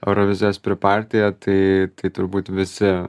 eurovizijos pripartyje tai tai turbūt visi